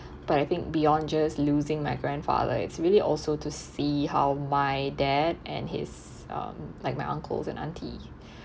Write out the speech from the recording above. but I think beyond just losing my grandfather it's really also to see how my dad and his um like my uncles and aunty